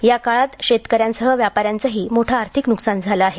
या काळात शेतकऱ्यांसह व्यापाऱ्यांचेही मोठे आर्थिक नुकसान झाले आहे